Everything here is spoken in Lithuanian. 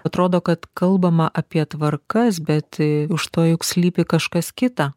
atrodo kad kalbama apie tvarkas bet už to juk slypi kažkas kita